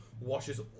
washes